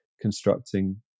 constructing